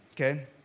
okay